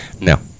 No